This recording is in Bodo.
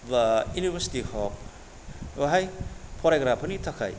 बा इउनिभारसिटि हग बावहाय फरायग्राफोरनि थाखाय